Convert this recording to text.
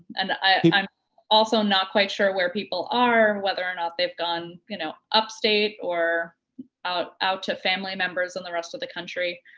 and i'm also not quite sure where people are, whether or not they've gone, you know, upstate or out out to family members in the rest of the country,